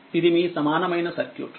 ఇది మీసమానమైన సర్క్యూట్